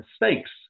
mistakes